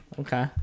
Okay